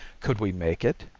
could we make it?